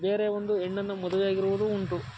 ಬೇರೆ ಒಂದು ಹೆಣ್ಣನ್ನು ಮದುವೆ ಆಗಿರುವುದೂ ಉಂಟು